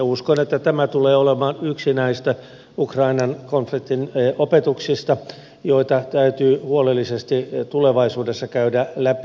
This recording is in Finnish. uskon että tämä tulee olemaan yksi näistä ukrainan konfliktin opetuksista joita täytyy huolellisesti tulevaisuudessa käydä läpi